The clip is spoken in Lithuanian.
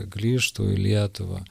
grįžtų į lietuvą